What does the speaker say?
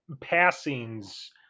passings